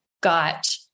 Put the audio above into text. got